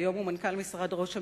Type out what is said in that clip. שהיום הוא מנכ"ל משרד ראש הממשלה,